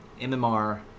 mmr